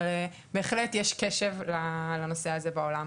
אבל בהחלט יש קשב לנושא הזה בעולם.